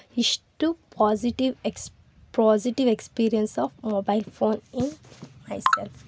ಇಷ್ಟು positive ex positive experience of mobile phone in my self